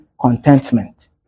contentment